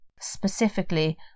specifically